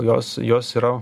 jos jos yra